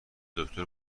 دکتر